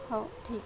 हो ठीक आहे